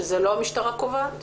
שזה לא המשטרה קובעת?